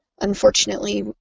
unfortunately